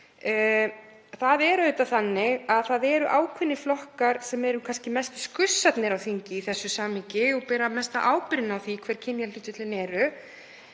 Það er auðvitað þannig að það eru ákveðnir flokkar sem eru kannski mestu skussarnir á þingi í þessu samhengi og bera mesta ábyrgð á því hver kynjahlutföllin eru,